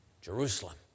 Jerusalem